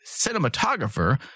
cinematographer